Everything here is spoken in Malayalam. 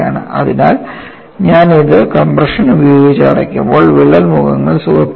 അതിനാൽ ഞാൻ അത് കംപ്രഷൻ ഉപയോഗിച്ച് അടയ്ക്കുമ്പോൾ വിള്ളൽ മുഖങ്ങൾ സുഖപ്പെടുത്തുന്നു